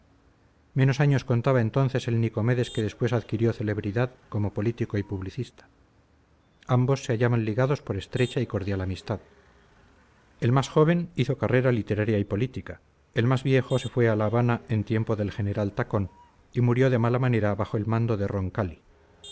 menos años contaba entonces el nicomedes que después adquirió celebridad como político y publicista ambos se hallaban ligados por estrecha y cordial amistad el más joven hizo carrera literaria y política el más viejo se fue a la habana en tiempo del general tacón y murió de mala manera bajo el mando de roncali